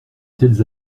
tels